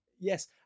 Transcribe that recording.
Yes